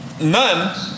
none